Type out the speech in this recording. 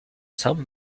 some